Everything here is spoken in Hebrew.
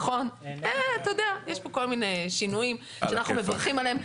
יש פה כל מיני שינויים שאנחנו מברכים עליהם.